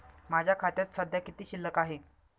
माझ्या खात्यात सध्या किती शिल्लक आहे?